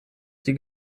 die